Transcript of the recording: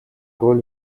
роль